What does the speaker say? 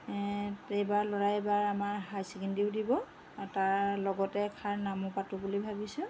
এইবাৰ ল'ৰাই এইবাৰ আমাৰ হায়াৰ ছেকেণ্ডেৰীও দিব আৰু তাৰ লগতে এষাৰ নামো পাতো বুলি ভাবিছোঁ